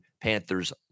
Panthers